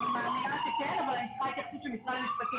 אני מאמינה שכן אבל אני צריכה לקבל התייחסות של משרד המשפטים.